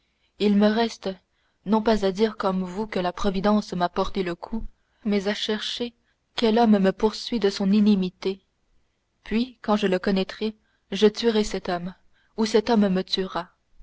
il me reste non pas à dire comme vous que la providence m'a porté le coup mais à chercher quel homme me poursuit de son inimitié puis quand je le connaîtrai je tuerai cet homme ou cet homme me tuera